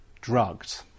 drugged